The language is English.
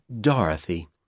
Dorothy